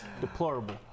Deplorable